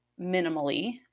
minimally